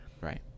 Right